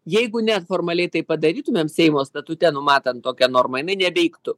jeigu ne formaliai tai padarytumėm seimo statute numatant tokią normą jinai neveiktų